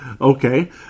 Okay